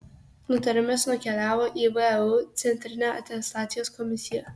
nutarimas nukeliavo į vu centrinę atestacijos komisiją